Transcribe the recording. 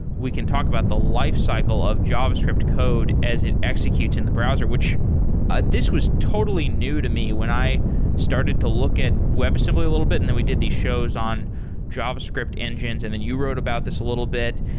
we can talk about the lifecycle of javascript code as it executes in the browser, which ah this was totally new to me when i started to look at webassembly a little bit, and then we did the shows on javascript engines and then you wrote about this a little bit,